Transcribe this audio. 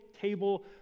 table